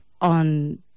on